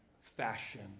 fashion